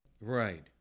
right